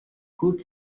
could